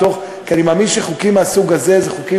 כי אני מאמין שחוקים מהסוג הזה הם חוקים